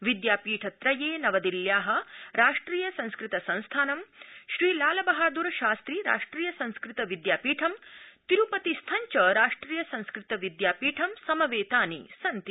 विद्यापीठत्रये नवदिल्या राष्ट्रिय संस्कृत संस्थानम् श्री लालबहाद्र शास्नि राष्ट्रिय संस्कृत विद्यापीठं तिरूपतिस्थं च राष्ट्रिय संस्कृत विद्यापीठं समवेतानि सन्ति